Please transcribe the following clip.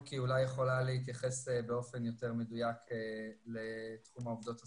וורקי אולי יכולה להתייחס באופן יותר מדויק לתחום העובדות הסוציאליות.